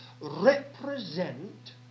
represent